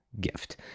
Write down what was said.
gift